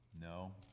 no